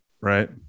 Right